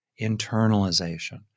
internalization